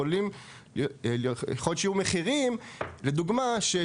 אני גם מבין שיכול להיות שיהיו מחירים להחלטה המקצועית הזו,